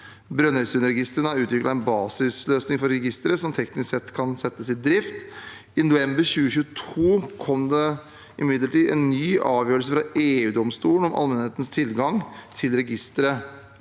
Brønnøysundregistrene har utviklet en basisløsning for registeret som teknisk sett kan settes i drift. I november 2022 kom det imidlertid en ny avgjørelse fra EUdomstolen om allmennhetens tilgang til registeret